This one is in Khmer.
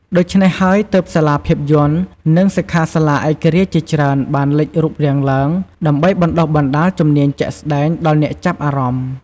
ដូច្នេះហើយទើប សាលាភាពយន្ត និងសិក្ខាសាលាឯករាជ្យជាច្រើនបានលេចរូបរាងឡើង ដើម្បីបណ្ដុះបណ្ដាលជំនាញជាក់ស្ដែងដល់អ្នកចាប់អារម្មណ៍។